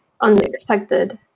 unexpected